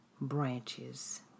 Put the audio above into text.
branches